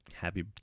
Happy